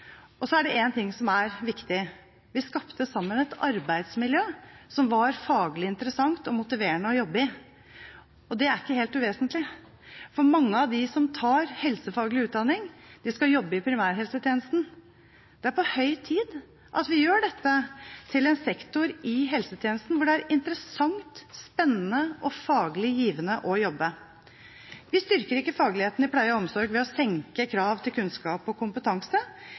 Og så er det en ting som er viktig: Vi skapte sammen et arbeidsmiljø som var faglig interessant og motiverende å jobbe i. Og det er ikke helt uvesentlig. Mange av dem som tar helsefaglig utdanning, skal jobbe i primærhelsetjenesten. Det er på høy tid at vi gjør dette til en sektor i helsetjenesten hvor det er interessant, spennende og faglig givende å jobbe. Vi styrker ikke fagligheten i pleie og omsorg ved å senke krav til kunnskap og kompetanse